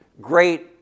great